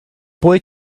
boy